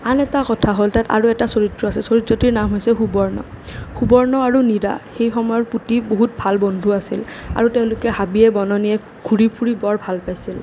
আন এটা কথা হ'ল তাত আৰু এটা চৰিত্ৰ আছে চৰিত্ৰটিৰ নাম হৈছে সুবৰ্ণ সুবৰ্ণ আৰু মীৰা সেইসময়ত পুতিৰ বহুত ভাল বন্ধু আছিল আৰু তেওঁলোকে হাবিয়ে বননিয়ে ঘূৰি বৰ ভাল পাইছিল